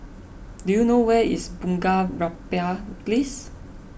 do you know where is Bunga Rampai Place